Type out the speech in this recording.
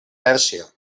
pèrsia